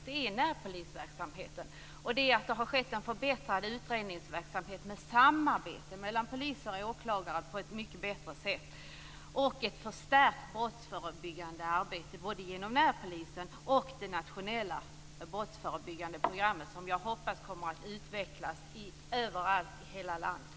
En sådan sak är närpolisverksamheten. Det har skett en förbättrad utredningsverksamhet med samarbete mellan poliser och åklagare på ett mycket bättre sätt. Det har också skett ett förstärkt brottsförebyggande arbete både inom närpolisen och i det nationella brottsförebyggande programmet som jag hoppas kommer att utvecklas överallt i hela landet.